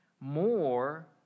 more